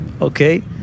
Okay